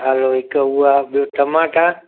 हलो हिक हुआ ॿियो टमाटा